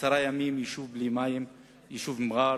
עשרה ימים, היישוב מע'אר